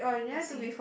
as if